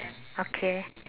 okay